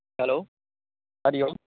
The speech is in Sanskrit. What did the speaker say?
हेलो हरिः ओम्